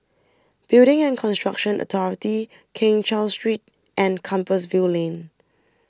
Building and Construction Authority Keng Cheow Street and Compassvale Lane